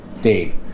Dave